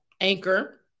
Anchor